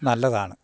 നല്ലതാണ്